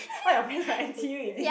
all your friends from N_T_U is it